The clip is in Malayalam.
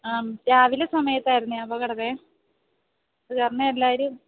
രാവിലെ സമയത്തായിരുന്നേ അപകടമേ അതുകാരണം എല്ലാവരും